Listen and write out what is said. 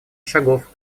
шагов